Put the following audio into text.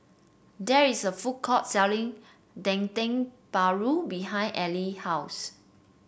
there is a food court selling Dendeng Paru behind Allean house